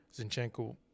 Zinchenko